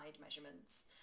measurements